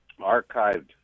archived